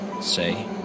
Say